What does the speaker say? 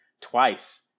Twice